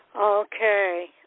Okay